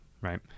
right